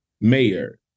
mayor